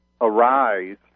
arise